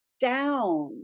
down